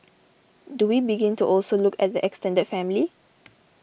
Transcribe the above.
do we begin to also look at the extended family